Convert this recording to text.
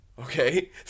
okay